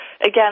again